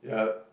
ya